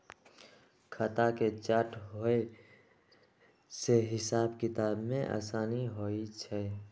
खता के चार्ट होय से हिसाब किताब में असानी होइ छइ